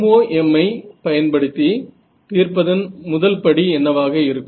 MoM ஐ பயன்படுத்தி தீர்ப்பதன் முதல் படி என்னவாக இருக்கும்